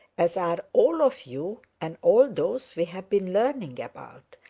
as are all of you and all those we have been learning about,